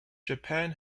japan